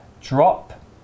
Drop